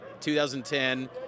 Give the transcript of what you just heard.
2010 –